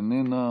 איננה,